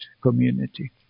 community